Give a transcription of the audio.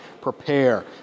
prepare